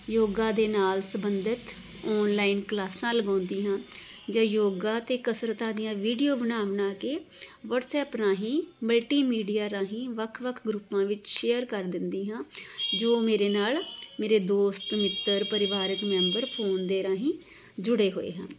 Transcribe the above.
ਯੋਗਾ ਦੇ ਨਾਲ ਸੰਬੰਧਿਤ ਔਨਲਾਈਨ ਕਲਾਸਾਂ ਲਗਾਉਂਦੀ ਹਾਂ ਜਾਂ ਯੋਗਾ ਅਤੇ ਕਸਰਤਾਂ ਦੀਆਂ ਵੀਡੀਓ ਬਣਾ ਬਣਾ ਕੇ ਵਟਸਐਪ ਰਾਹੀਂ ਮਲਟੀਮੀਡੀਆ ਰਾਹੀਂ ਵੱਖ ਵੱਖ ਗਰੁੱਪਾਂ ਵਿੱਚ ਸ਼ੇਅਰ ਕਰ ਦਿੰਦੀ ਹਾਂ ਜੋ ਮੇਰੇ ਨਾਲ ਮੇਰੇ ਦੋਸਤ ਮਿੱਤਰ ਪਰਿਵਾਰਿਕ ਮੈਂਬਰ ਫੋਨ ਦੇ ਰਾਹੀਂ ਜੁੜੇ ਹੋਏ ਹਨ